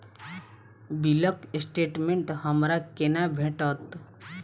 बिलक स्टेटमेंट हमरा केना भेटत?